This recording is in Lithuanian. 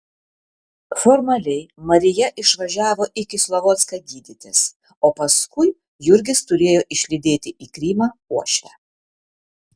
formaliai marija išvažiavo į kislovodską gydytis o paskui jurgis turėjo išlydėti į krymą uošvę